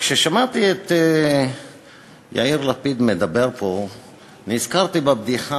כששמעתי את יאיר לפיד מדבר פה נזכרתי בבדיחה